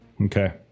Okay